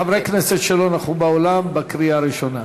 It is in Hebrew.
לחברי כנסת שלא נכחו באולם בקריאה הראשונה.